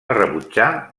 rebutjar